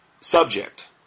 subject